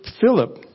Philip